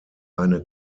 eine